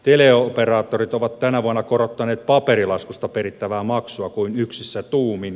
teleoperaattorit ovat tänä vuonna korottaneet paperilaskusta perittävää maksua kuin yksissä tuumin